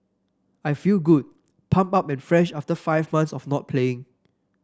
I feel good pumped up and fresh after five months of not playing